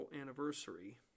anniversary